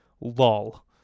lol